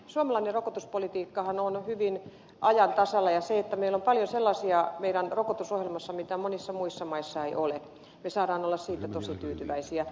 suomalainen rokotuspolitiikkahan on hyvin ajan tasalla ja se että meillä rokotusohjelmassa on paljon sellaisia mitä monissa muissa maissa ei ole me saamme olla siitä tosi tyytyväisiä